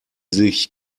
sich